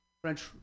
French